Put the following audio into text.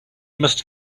must